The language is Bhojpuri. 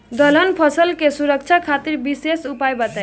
दलहन फसल के सुरक्षा खातिर विशेष उपाय बताई?